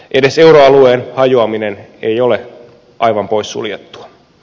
edes euroalueen hajoaminen ei ole aivan poissuljettua